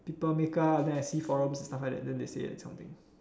people makeup then I see forums stuff like that then they say